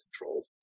control